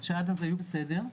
שעד אז היו בסדר,